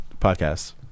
Podcasts